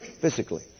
physically